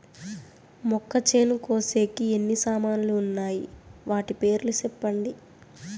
మొక్కచేను కోసేకి ఎన్ని సామాన్లు వున్నాయి? వాటి పేర్లు సెప్పండి?